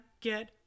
get